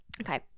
okay